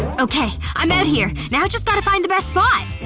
okay. i'm out here. now just gotta find the best spot